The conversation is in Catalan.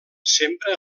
sempre